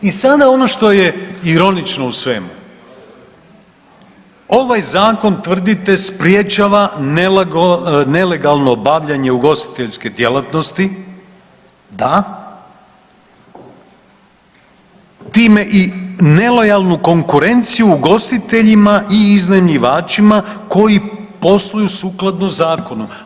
I sada ono što je ironično u svemu, ovaj zakon tvrdite sprečava nelegalno bavljenje ugostiteljske djelatnosti, da, time i nelojalnu konkurenciju ugostiteljima i iznajmljivačima koji posluju sukladno zakonu.